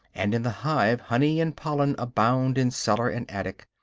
and in the hive honey and pollen abound in cellar and attic,